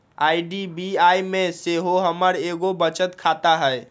IDBI में सेहो हमर एगो बचत खता हइ